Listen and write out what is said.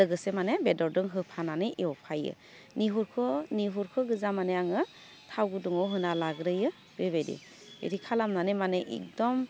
लोगोसे माने बेदरदों होफानानै एवफायो निहुखौ निहुरखौ गोजा माने आङो थाव गुदुंङाव होना लाग्रोयो बेबायदि बिदि खालामनानै माने एकदम